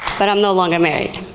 but i'm no longer married.